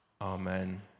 Amen